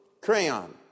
Crayon